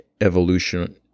evolution